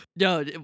no